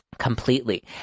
completely